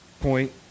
Point